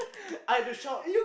I had to shout